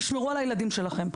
תשמרו על הילדים שלכם.